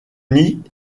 nid